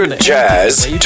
Jazz